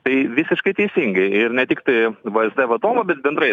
tai visiškai teisingai ir ne tiktai vzd vadovo bet bendrai